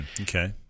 Okay